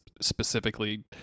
specifically